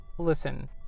listen